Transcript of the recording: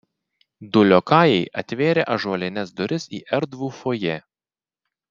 du liokajai atvėrė ąžuolines duris į erdvų fojė